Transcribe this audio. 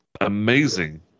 amazing